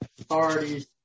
authorities